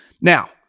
Now